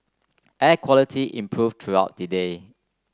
air quality improve throughout the day